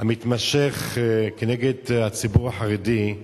כנגד הציבור החרדי,